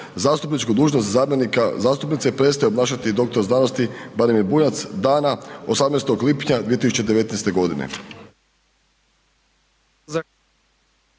Zastupničku dužnost zamjenika zastupnice prestaje obnašati dr.sc. Branimir Bunjac dana 18. lipnja 2019. godine.